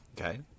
okay